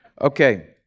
Okay